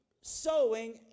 sowing